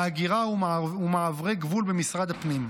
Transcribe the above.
ההגירה ומעברי הגבול במשרד הפנים.